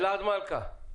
אלעד מלכא,